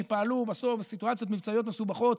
שפעלו בסוף בסיטואציות מבצעיות מסובכות.